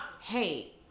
hey